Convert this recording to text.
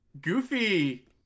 Goofy